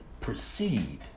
proceed